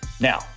now